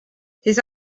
his